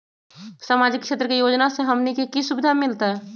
सामाजिक क्षेत्र के योजना से हमनी के की सुविधा मिलतै?